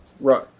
Right